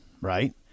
right